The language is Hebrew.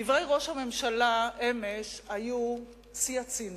דברי ראש הממשלה אמש היו שיא הציניות,